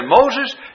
Moses